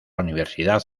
universidad